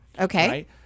Okay